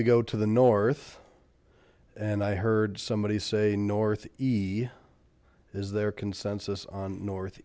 we go to the north and i heard somebody say north ii is there consensus on north